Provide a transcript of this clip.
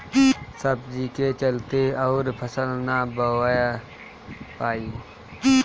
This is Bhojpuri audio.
सब्जी के चलते अउर फसल नाइ बोवा पाई